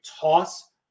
toss